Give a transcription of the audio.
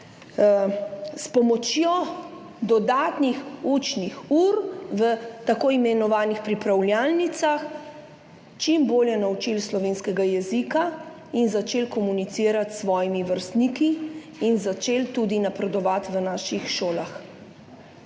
s pomočjo dodatnih učnih ur v tako imenovanih pripravljalnicah čim bolje naučili slovenskega jezika in začeli komunicirati s svojimi vrstniki in začeli tudi napredovati v naših šolah.